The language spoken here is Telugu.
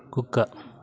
కుక్క